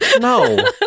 No